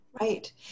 Right